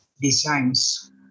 designs